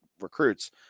recruits